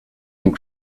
and